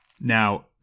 Now